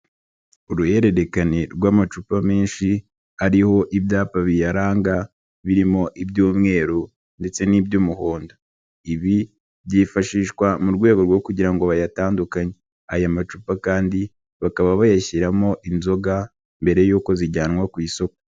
Uruhererekane rw'amacupa menshi ariho ibyapa biyaranga, birimo iby'umweru ndetse n'iby'umuhondo. Ibi byifashishwa mu rwego rwo kugira ngo bayatandukanye. Aya macupa kandi bakaba bayashyiramo inzoga mbere y'uko zijyanwa ku isoko.